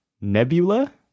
Nebula